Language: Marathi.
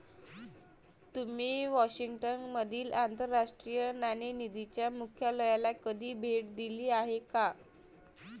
तुम्ही वॉशिंग्टन मधील आंतरराष्ट्रीय नाणेनिधीच्या मुख्यालयाला कधी भेट दिली आहे का?